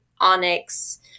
Onyx